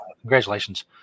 Congratulations